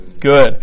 good